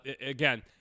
again